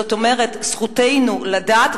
זאת אומרת, זכותנו לדעת.